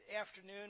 afternoon